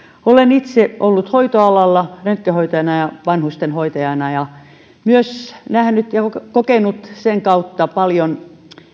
olen itse ollut hoitoalalla röntgenhoitajana ja vanhustenhoitajana ja nähnyt ja kokenut sen kautta paljon